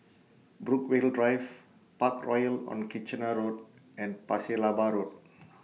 Brookvale Drive Parkroyal on Kitchener Road and Pasir Laba Road